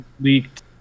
leaked